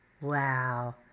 Wow